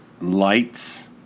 lights